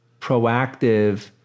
proactive